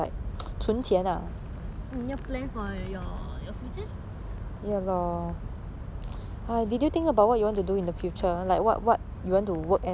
plan for your your future mm actually this is